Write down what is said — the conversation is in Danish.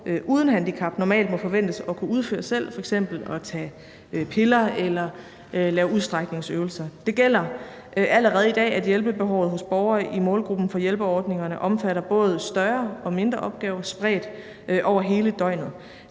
uden handicap normalt må forventes at kunne udføre selv, f.eks. at tage piller eller lave udstrækningsøvelser. Det gælder allerede i dag, at hjælpebehovet hos borgere i målgruppen for hjælpeordningerne omfatter både større og mindre opgaver spredt over hele døgnet.